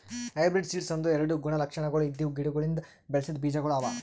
hybrid seeds ಅಂದುರ್ ಎರಡು ಗುಣ ಲಕ್ಷಣಗೊಳ್ ಇದ್ದಿವು ಗಿಡಗೊಳಿಂದ್ ಬೆಳಸಿದ್ ಬೀಜಗೊಳ್ ಅವಾ